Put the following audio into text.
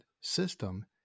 system